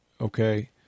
okay